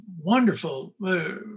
wonderful